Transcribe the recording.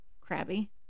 crabby